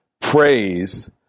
praise